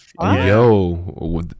yo